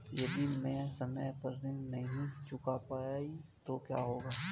यदि मैं समय पर ऋण नहीं चुका पाई तो क्या होगा?